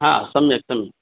हा सम्यक् सम्यक्